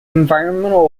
environmental